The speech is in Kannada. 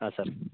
ಹಾಂ ಸರ್